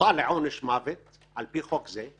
יוטל עונש מוות על פי חוק זה,